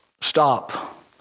stop